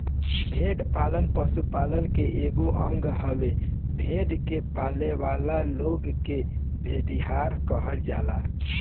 भेड़ पालन पशुपालन के एगो अंग हवे, भेड़ के पालेवाला लोग के भेड़िहार कहल जाला